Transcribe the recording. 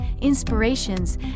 Inspirations